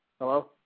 Hello